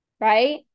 right